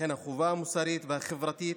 ולכן החובה המוסרית והחברתית